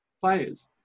players